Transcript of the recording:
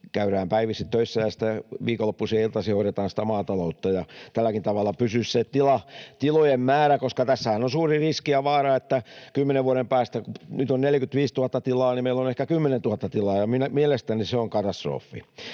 käydään päivisin töissä ja viikonloppuisin ja iltaisin hoidetaan sitä maataloutta. Tälläkin tavalla pysyisi se tilojen määrä, koska tässähän on suuri riski ja vaara, että kun nyt on 45 000 tilaa, niin kymmenen vuoden päästä meillä on ehkä 10 000 tilaa, ja mielestäni se on katastrofi.